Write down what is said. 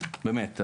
באמת,